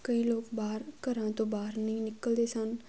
ਕਈ ਲੋਕ ਬਾਹਰ ਘਰਾਂ ਤੋਂ ਬਾਹਰ ਨਹੀਂ ਨਿਕਲਦੇ ਸਨ